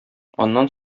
аннан